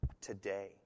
today